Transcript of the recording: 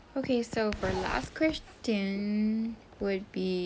okay so for last question would be